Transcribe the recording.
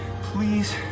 Please